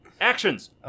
Actions